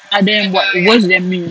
ada yang buat worse than me